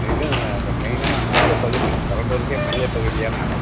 இதுவும் மெயினான மையப் பகுதி பெரம்பலூருக்கே மையப் பகுதியான எடம்